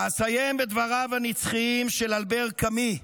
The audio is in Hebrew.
ואסיים בדבריו הנצחיים של אלבר קאמי,